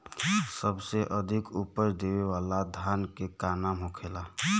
सबसे अधिक उपज देवे वाला धान के का नाम होखे ला?